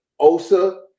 Osa